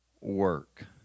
work